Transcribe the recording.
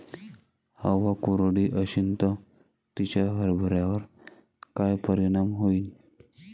हवा कोरडी अशीन त तिचा हरभऱ्यावर काय परिणाम होईन?